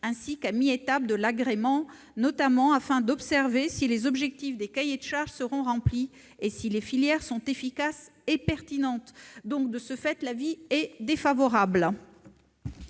ainsi qu'à mi-étape de l'agrément, notamment afin d'observer si les objectifs des cahiers des charges seront remplis et si les filières sont efficaces et pertinentes. L'avis est donc défavorable.